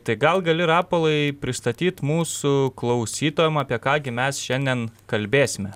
tai gal gali rapolai pristatyt mūsų klausytojams apie ką gi mes šiandien kalbėsime